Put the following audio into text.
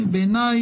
בעיני,